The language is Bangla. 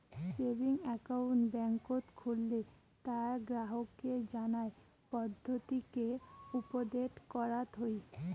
সেভিংস একাউন্ট বেংকত খুললে তার গ্রাহককে জানার পদ্ধতিকে উপদেট করাত হই